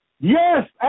Yes